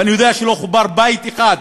ואני יודע שלא חובר בית אחד לחשמל,